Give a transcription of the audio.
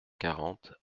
quarante